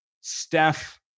Steph